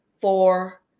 Four